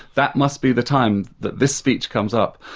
that must be the time that this speech comes up.